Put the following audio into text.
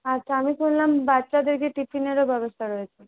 আচ্ছা আমি শুনলাম বাচ্চাদেরকে টিফিনেরও ব্যবস্থা রয়েছে